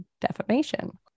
defamation